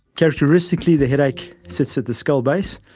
characteristically the headache sits at the skull base,